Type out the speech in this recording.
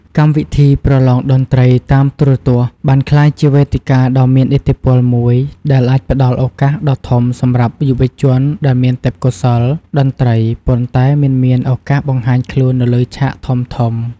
កម្មវិធីប្រលងតន្ត្រីតាមទូរទស្សន៍បានក្លាយជាវេទិកាដ៏មានឥទ្ធិពលមួយដែលអាចផ្តល់ឱកាសដ៏ធំសម្រាប់យុវជនដែលមានទេពកោសល្យតន្ត្រីប៉ុន្តែមិនមានឱកាសបង្ហាញខ្លួននៅលើឆាកធំៗ។